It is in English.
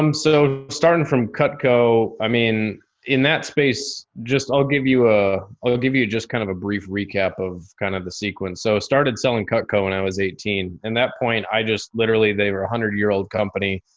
um so starting from cutco, i mean in that space, just i'll give you a, i'll i'll give you you just kind of a brief recap of kind of the sequence. so started selling cutco when i was eighteen. and that point i just literally, they were a a hundred year old company.